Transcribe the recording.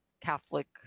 Catholic